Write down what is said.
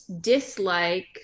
dislike